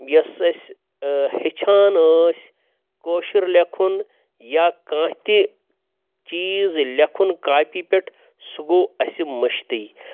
یۄس اَسہِ ہیٚچھان ٲسۍ کٲشُر لیکھُن یا کانٛہہ تہِ چیٖز لیکھُن کاپی پٮ۪ٹھ سُہ گوٚو اَسہِ مٔشتٕے